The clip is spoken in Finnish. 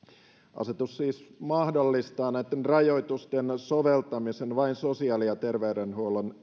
asetus siis mahdollistaa näitten rajoitusten soveltamisen vain sosiaali ja terveydenhuollon